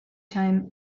time